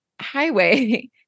highway